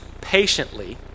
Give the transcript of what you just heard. patiently